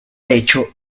pecho